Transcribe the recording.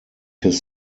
his